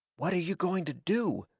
what are you going to do?